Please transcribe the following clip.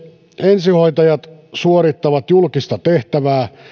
ensihoitajat suorittavat julkista tehtävää